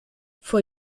vor